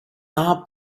are